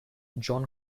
john